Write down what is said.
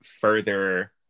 further